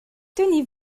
tenez